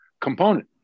component